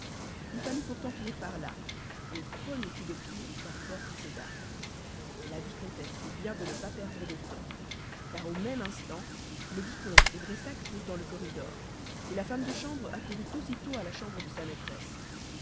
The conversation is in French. il fallut pourtant finir par là elle cria en effet au premier coup de pied la porte céda la vicomtesse fit bien de ne pas perdre de temps car au même instant le vicomte pressac furent dans le corridor la femme de chambre accourut aussi à la chambre de sa maîtresse